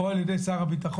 או על ידי שר הביטחון,